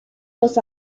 los